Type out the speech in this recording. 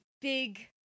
big